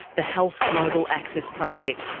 the health global access project,